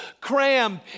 crammed